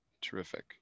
Terrific